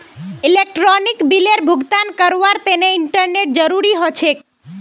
electronic बिलेर भुगतान करवार तने इंटरनेतेर जरूरत ह छेक